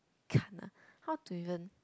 gana how to even